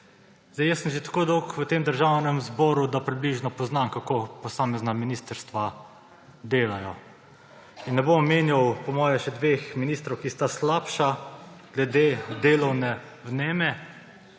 Jaz sem že tako dolgo v Državnem zboru, da približno poznam, kako posamezna ministrstva delajo in ne bom omenjal po mojem še dveh ministrov, ki sta slabša glede delovne vneme.